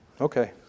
Okay